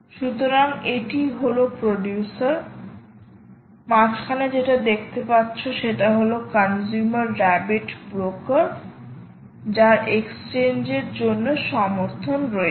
সুতরাং এটি হলো প্রডিউসার মাঝখানে যেটা দেখতে পাচ্ছ সেটা হল কনজিউমার রাবিট ব্রোকার যার এক্সচেঞ্জের জন্য সমর্থন রয়েছে